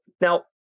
now